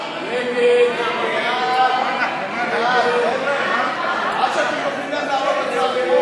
ההצעה להסיר מסדר-היום את הצעת חוק